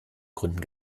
gründen